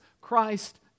Christ